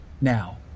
now